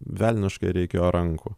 velniškai reikėjo rankų